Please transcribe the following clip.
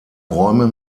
räume